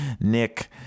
Nick